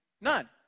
None